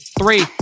Three